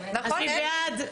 משמע.